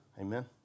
Amen